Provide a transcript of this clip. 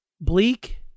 Bleak